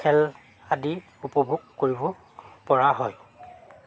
খেল আদি উপভোগ কৰিবপৰা হয়